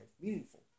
meaningful